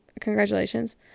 congratulations